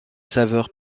saveur